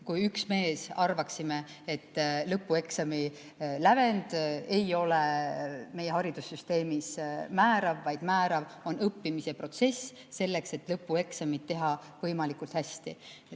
kui üks mees arvaksime, et lõpueksami lävend ei ole meie haridussüsteemis määrav, vaid määrav on õppimise protsess selleks, et lõpueksamid teha võimalikult hästi.